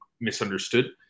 misunderstood